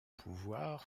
pouvoir